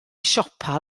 siopa